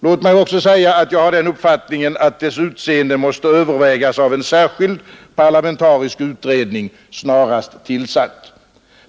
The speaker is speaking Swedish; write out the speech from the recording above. Låt mig också säga att jag har den uppfattningen att dess utseende måste övervägas av en särskild parlamentarisk utredning, snarast tillsatt.